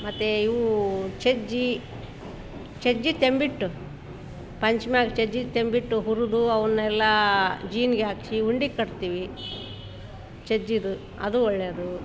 ಮತ್ತೆ ಇವೂ ಸಜ್ಜಿ ಸಜ್ಜಿ ತಂಬಿಟ್ಟು ಪಂಚಮಿ ಆಗಿ ಸಜ್ಜಿ ತಂಬಿಟ್ಟು ಹುರಿದು ಅವುನ್ನೆಲ್ಲಾ ಜೀನ್ಗೆ ಹಾಕಿಸಿ ಉಂಡೆ ಕಟ್ತೀವಿ ಸಜ್ಜಿದು ಅದು ಒಳ್ಳೇದು